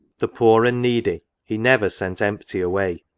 the poor and needy he never sent empty away,